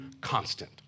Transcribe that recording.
constant